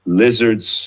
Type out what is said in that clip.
lizards